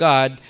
God